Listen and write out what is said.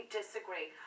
disagree